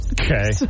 Okay